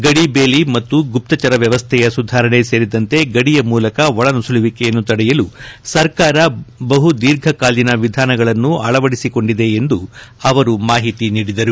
ಗಡಿಬೇಲಿ ಮತ್ತು ಗುಪ್ತಚರ ವ್ಲವಸ್ನೆಯ ಸುಧಾರಣೆ ಸೇರಿದಂತೆ ಗಡಿಯ ಮೂಲಕ ಒಳ ನುಸುಳುವಿಕೆಯನ್ನು ತಡೆಯಲು ಸರ್ಕಾರ ಬಹು ದೀರ್ಘಕಾಲಿನ ವಿಧಾನಗಳನ್ನು ಅಳವಡಿಸಿಕೊಂಡಿದೆ ಎಂದು ಅವರು ಮಾಹಿತಿ ನೀಡಿದರು